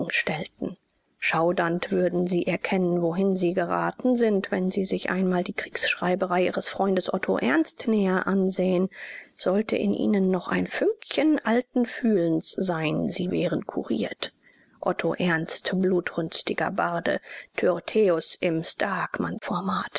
schaudernd würden sie erkennen wohin sie geraten sind wenn sie sich einmal die kriegsschreiberei ihres freundes otto ernst näher ansähen sollte in ihnen noch ein fünkchen alten fühlens sein sie wären kuriert otto ernst blutrünstiger barde tyrtäus im